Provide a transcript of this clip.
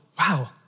Wow